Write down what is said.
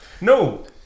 No